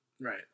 Right